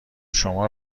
شما